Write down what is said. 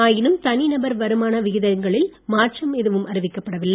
ஆயினும் தனி நபர் வருமான விகிதங்களில் மாற்றம் எதுவும் அறிவிக்கப் படவில்லை